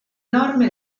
norme